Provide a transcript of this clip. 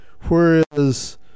whereas